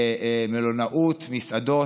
מלונאות, מסעדות.